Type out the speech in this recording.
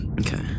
Okay